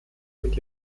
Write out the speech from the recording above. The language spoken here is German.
mit